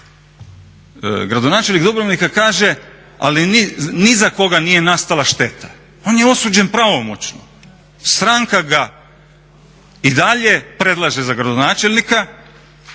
Gradonačelnik Dubrovnika kaže ali ni za koga nije nastala šteta. On je osuđen pravomoćno, stranka ga i dalje predlaže za gradonačelnika